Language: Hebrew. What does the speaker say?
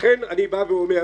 לכן אני בא ואומר